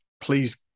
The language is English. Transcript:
please